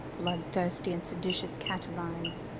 blood thirsty and seditious catelynes,